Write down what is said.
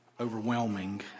overwhelming